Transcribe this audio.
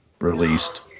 released